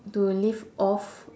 to live off